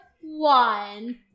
one